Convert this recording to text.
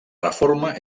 reforma